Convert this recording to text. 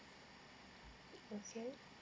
okay